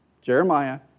Jeremiah